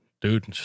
Dude